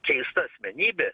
keista asmenybė